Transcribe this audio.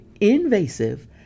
invasive